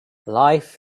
life